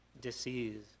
disease